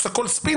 הכול ספין,